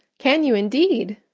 can you, indeed!